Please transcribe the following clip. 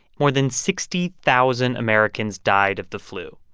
more than sixty thousand americans died of the flu.